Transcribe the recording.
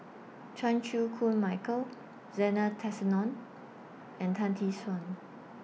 Chan Chew Koon Michael Zena Tessensohn and Tan Tee Suan